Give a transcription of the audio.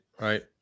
Right